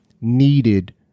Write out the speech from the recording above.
needed